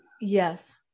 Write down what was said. Yes